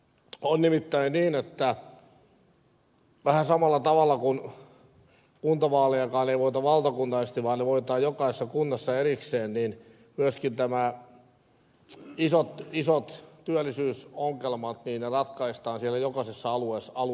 on nimittäin niin että vähän samalla tavalla kuin kuntavaalejakaan ei voiteta valtakunnallisesti vaan ne voitetaan jokaisessa kunnassa erikseen myöskin isot työllisyysongelmat ratkaistaan jokaisella alueella paikallisesti